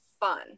fun